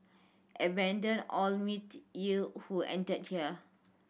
abandon all mirth ye who enter here